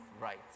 right